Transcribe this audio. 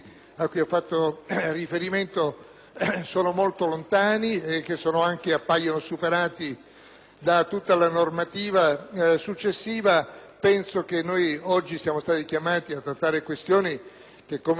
sono molto lontani e appaiono superati da tutta la normativa successiva. Penso che oggi siamo stati chiamati a trattare questioni che - come ha ricordato il presidente Follini